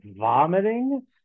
vomiting